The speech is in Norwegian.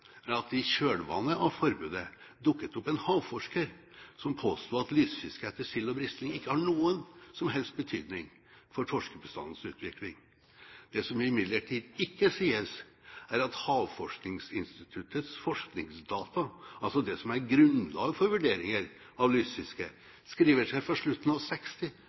er at i kjølvannet av forbudet dukket det opp en havforsker som påsto at lysfiske etter sild og brisling ikke har noen som helst betydning for torskebestandens utvikling. Det som imidlertid ikke sies, er at Havforskningsinstituttets forskningsdata, altså det som er grunnlaget for vurderinger av lysfisket, skriver seg fra slutten av